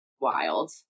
wild